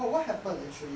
what what happen actually